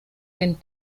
den